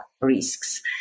risks